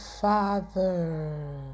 father